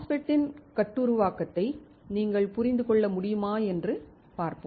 MOSFET இன் கட்டுருவாக்கத்தை நீங்கள் புரிந்து கொள்ள முடியுமா என்று பார்ப்போம்